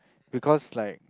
because like